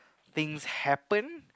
things happen